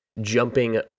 jumping